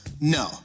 No